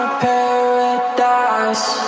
paradise